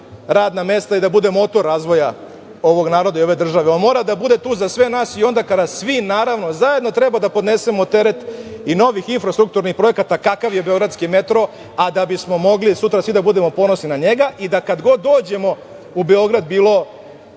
radna mesta i da bude motor razvoja ovog naroda i ove države. On mora da bude tu za sve nas i onda kada svi zajedno, naravno, treba da podnesemo teret i novih infrastrukturnih projekata kakav je beogradski metro, a da bismo mogli sutra svi da budemo ponosni na njega i da kad god dođemo u Beograd, bilo